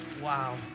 Wow